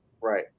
Right